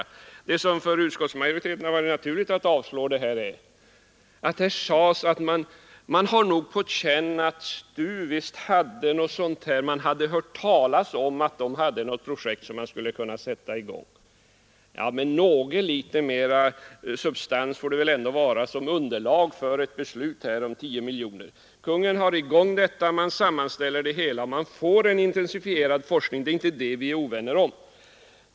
Det har för utskottsmajoriteten varit naturligt att avslå en sådan begäran. Man säger att man haft på känn att STU hade något projekt som skulle kunna sättas i gång. Men litet mer substans får det väl ändå vara som underlag för ett beslut om 10 miljoner. Kungl. Maj:t har i gång detta, vi får en intensifierad forskning, det är inte det vi är ovänner om.